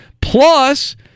plus